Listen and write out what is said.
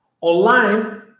Online